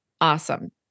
Awesome